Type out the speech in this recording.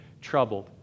troubled